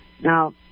Now